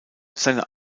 seine